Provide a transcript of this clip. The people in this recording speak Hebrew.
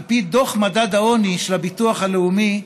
על פי דוח מדד העוני של הביטוח הלאומי,